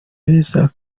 beza